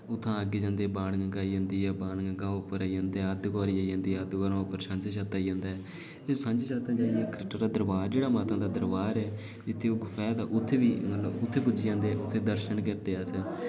उत्थुआं अग्गें जंदे वाणगंगा आई जंदी ऐ वाणगंगा ओह् उप्पर आई जंदे अद्द कुंआरी आई जंदी ऐ ओह्दे बाद सांझीछत्त आई जंदा ऐ ते सांझीछत्त दा जाइयै कटरा दरबार जेह्ड़ा माता दा दरबार ऐ इत्थै ओह् गुफा ऐ उत्थै पुज्जी जंदे उत्थै दर्शन कीते असें